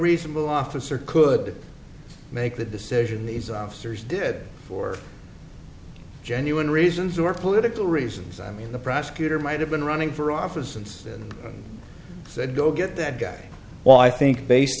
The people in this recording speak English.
reasonable officer could make that decision these officers did for genuine reasons or political reasons i mean the prosecutor might have been running for office instead that go get that guy well i think based